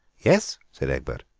yes, said egbert,